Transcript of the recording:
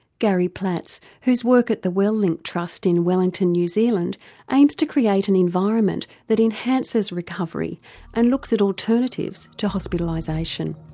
gary platz whose work at the wellink trust in wellington, new zealand aims to create an environment that enhances recovery and looks at alternatives to hospitalisation.